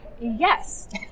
Yes